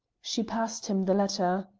she passed him the letter.